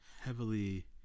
heavily